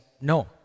no